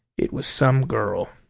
it was some girl.